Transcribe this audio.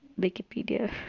Wikipedia